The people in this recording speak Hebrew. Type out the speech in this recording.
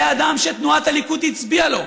זה אדם שתנועת הליכוד הצביעה לו.